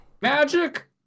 Magic